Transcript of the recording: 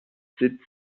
sitzt